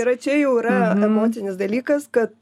yra čia jau yra emocinis dalykas kad